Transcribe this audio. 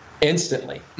instantly